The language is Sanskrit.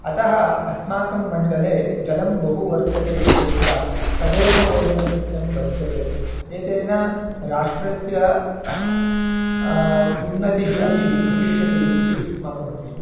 अतः अस्माकं मण्डले जलं बहु वर्तते इति कृत्वा तदेव ओदनसस्यं वर्ध्यते एतेन राष्ट्रस्य उन्नतिः अपि भविष्यति इति मम मतिः